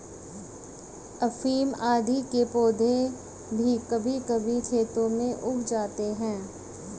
अफीम आदि के पौधे भी कभी कभी खेतों में उग जाते हैं